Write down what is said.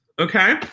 Okay